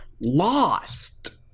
lost